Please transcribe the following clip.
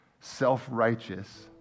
self-righteous